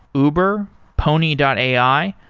uber, pony and ai,